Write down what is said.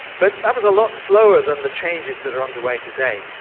but that was a lot slower than the changes that are underway today.